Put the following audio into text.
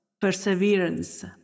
perseverance